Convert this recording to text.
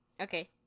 Okay